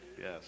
Yes